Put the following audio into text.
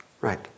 Right